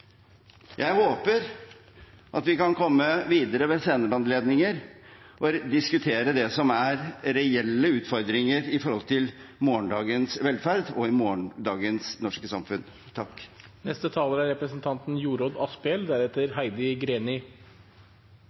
Jeg håper vi kan komme videre ved senere anledninger og diskutere det som er reelle utfordringer knyttet til morgendagens velferd i morgendagens norske samfunn. Det er ute i Kommune-Norge folk både bor og lever sitt liv. Det er